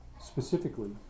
specifically